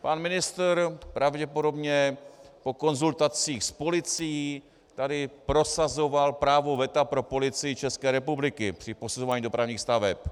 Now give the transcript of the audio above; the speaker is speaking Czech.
Pan ministr, pravděpodobně po konzultacích s policií, tady prosazoval právo veta pro Policii České republiky při posuzování dopravních staveb.